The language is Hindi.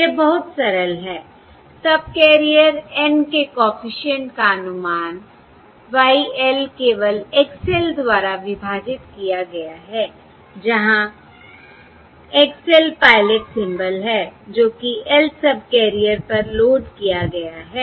यह बहुत सरल है सबकैरियर N के कॉफिशिएंट का अनुमान Y l केवल X l द्वारा विभाजित किया गया है जहां X l पायलट सिंबल है जो कि lth सबकैरियर पर लोड किया गया है